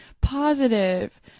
positive